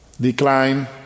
decline